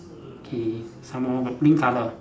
K some more pink colour